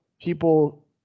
people